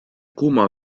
kuuma